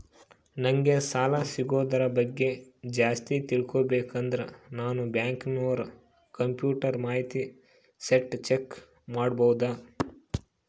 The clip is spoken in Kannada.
ನಂಗೆ ಸಾಲ ಸಿಗೋದರ ಬಗ್ಗೆ ಜಾಸ್ತಿ ತಿಳಕೋಬೇಕಂದ್ರ ನಾನು ಬ್ಯಾಂಕಿನೋರ ಕಂಪ್ಯೂಟರ್ ಮಾಹಿತಿ ಶೇಟ್ ಚೆಕ್ ಮಾಡಬಹುದಾ?